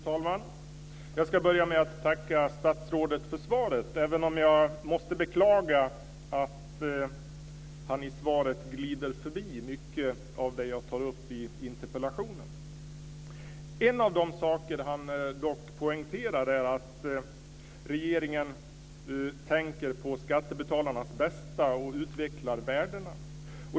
Fru talman! Jag ska börja med att tacka statsrådet för svaret, även om jag måste beklaga att han i svaret glider förbi mycket av det jag tar upp i interpellationen. En av de saker han poängterar är att regeringen tänker på skattebetalarnas bästa och utvecklar värdena.